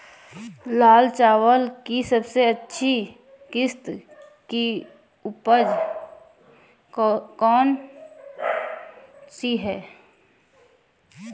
लाल चावल की सबसे अच्छी किश्त की उपज कौन सी है?